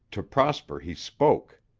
to prosper he spoke.